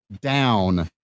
down